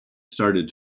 started